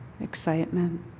excitement